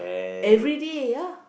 everyday ya